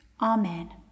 Amen